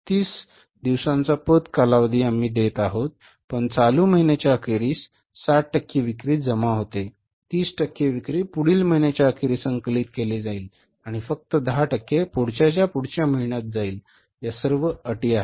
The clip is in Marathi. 30 दिवसांचा पत कालावधी आम्ही देत आहोत पण चालू महिन्याच्या अखेरीस 60 टक्के विक्री जमा आहे 30 टक्के विक्री पुढील महिन्याच्या अखेरीस संकलित केली जाईल आणि फक्त 10 टक्के पुढच्याच्या पुढच्या महिन्यात जाईल या सर्व अटी आहेत